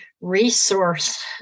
resource